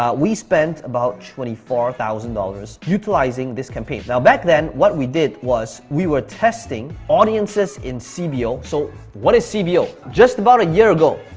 we spent about twenty four thousand dollars utilizing this campaign. now back then, what we did was, we were testing audiences in c b o. so what is c b o? just about a year ago,